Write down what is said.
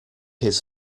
his